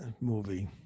movie